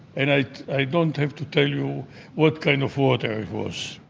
and i i don't have to tell you what kind of water it was.